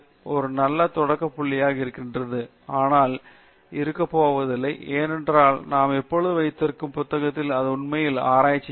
இது ஒரு நல்ல தொடக்க புள்ளியாக இருக்கிறது ஆனால் அது இருக்கப்போவதில்லை ஏனென்றால் நாம் எப்பொழுதும் வைத்திருக்கும் புத்தகத்தில் அது உண்மையில் ஆராய்ச்சி அல்ல